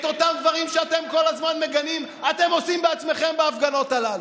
את אותם הדברים שאתם כל הזמן מגנים אתם עושים בעצמכם בהפגנות הללו,